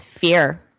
fear